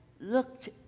Looked